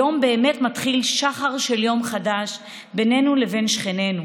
היום באמת מתחיל שחר של יום חדש בינינו לבין שכנינו.